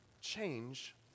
change